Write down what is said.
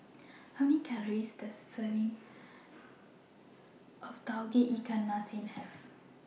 How Many Calories Does A Serving of Tauge Ikan Masin Have